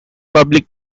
public